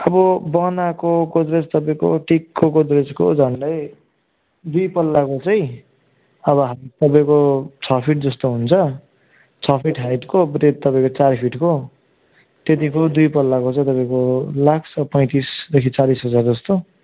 अब बनाएको गोडरेज तपाईँको टिकको गोडरेजको झन्डै दुई पल्लाको चाहिँ अब तपाईँको छ फिट जस्तो हुन्छ छ फिट हाइटको ब्रेथ तपाईँको चार फिटको त्यतिको दुई पल्लाको चाहिँ तपाईँको लाग्छ पैतिसदेखि चालिस हजार जस्तो